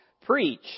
preach